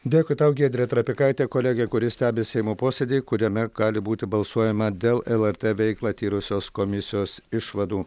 dėkui tau giedrė trapikaitė kolegė kuri stebi seimo posėdį kuriame gali būti balsuojama dėl lrt veiklą tyrusios komisijos išvadų